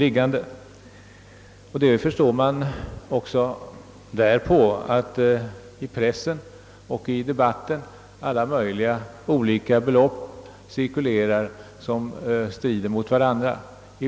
Det förstår man också av att det i pressen och i debatten cirkulerar olika belopp som strider mot varandra.